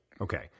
Okay